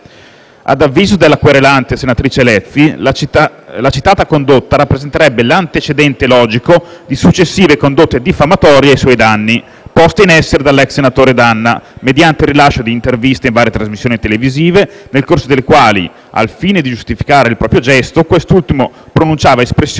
Ad avviso della querelante, senatrice Lezzi, la citata condotta rappresenterebbe l'antecedente logico di successive condotte diffamatorie ai suoi danni, poste in essere dall'ex senatore D'Anna mediante rilascio di interviste in varie trasmissioni televisive, nel corso delle quali, al fine di giustificare il proprio gesto, quest'ultimo pronunciava espressioni lesive